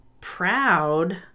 proud